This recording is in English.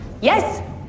Yes